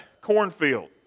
cornfield